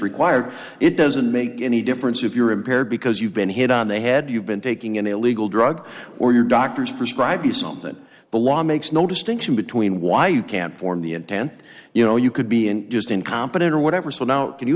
required it doesn't make any difference if you're impaired because you've been hit on the head you've been taking an illegal drug or your doctors prescribe you something the law makes no distinction between why you can't form the intent you know you could be and just incompetent or whatever so now can you